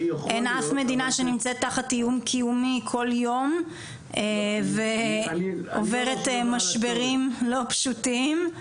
אין אף מדינה שנמצאת תחת איום קיומי כל יום ועוברת משברים לא פשוטים,